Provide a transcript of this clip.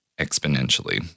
exponentially